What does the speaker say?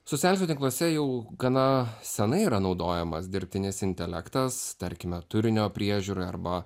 socialiniuose tinkluose jau gana senai yra naudojamas dirbtinis intelektas tarkime turinio priežiūrai arba